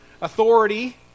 authority